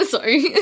Sorry